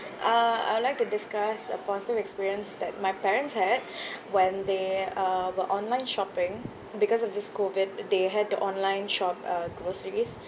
uh I would like to discuss a positive experience that my parents had when they uh were online shopping because of this COVID they had to online shop uh groceries